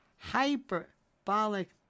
hyperbolic